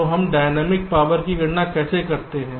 तो हम dynamic power की गणना कैसे करते हैं